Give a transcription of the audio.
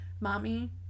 Mommy